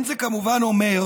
זה כמובן לא אומר